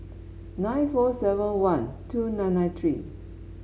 nine four seven one two nine nine three